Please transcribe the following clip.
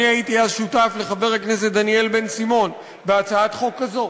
אני הייתי אז שותף לחבר הכנסת דניאל בן-סימון בהצעת חוק כזו,